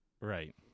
Right